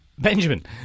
Benjamin